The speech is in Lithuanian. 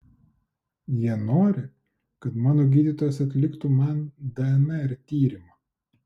jie nori kad mano gydytojas atliktų man dnr tyrimą